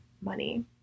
money